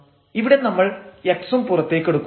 ഇവിടെ നമ്മൾ x ഉം പുറത്തെടുക്കുന്നു